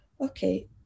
okay